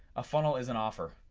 a funnel is an offer.